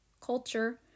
culture